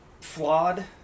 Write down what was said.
flawed